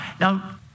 Now